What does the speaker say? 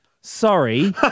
sorry